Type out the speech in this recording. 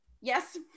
Yes